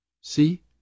See